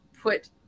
put